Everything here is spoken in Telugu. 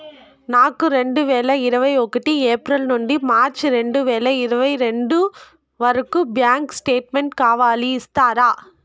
నాకు రెండు వేల ఇరవై ఒకటి ఏప్రిల్ నుండి మార్చ్ రెండు వేల ఇరవై రెండు వరకు బ్యాంకు స్టేట్మెంట్ కావాలి ఇస్తారా